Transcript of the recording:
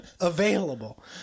available